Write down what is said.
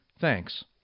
Thanks